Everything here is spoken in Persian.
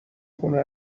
خونه